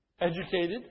educated